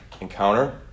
encounter